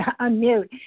unmute